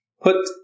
Put